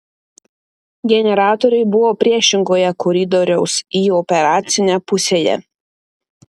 generatoriai buvo priešingoje koridoriaus į operacinę pusėje